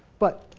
but,